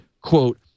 quote